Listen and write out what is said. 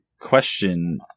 Question